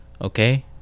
okay